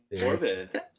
Morbid